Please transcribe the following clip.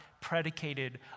predicated